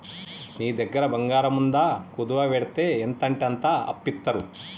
నీ దగ్గర బంగారముందా, కుదువవెడ్తే ఎంతంటంత అప్పిత్తరు